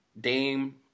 Dame